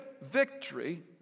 victory